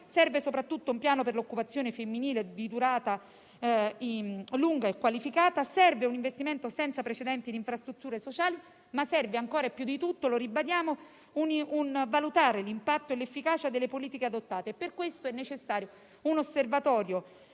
serve soprattutto un piano per l'occupazione femminile di lunga durata e qualificata; serve un investimento senza precedenti in infrastrutture sociali, ma serve ancora e più di tutto - lo ribadiamo - la valutazione dell'impatto e dell'efficacia delle politiche adottate. Per questo è necessario un osservatorio